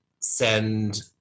send